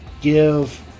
give